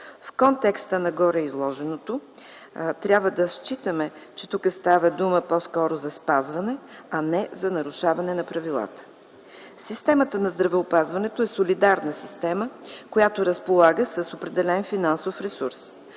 В контекста на гореизложеното трябва да считаме, че тук става дума по-скоро за спазване, а не за нарушаване на правила. Системата на здравеопазването е солидарна система, която разполага с определен финансов ресурс.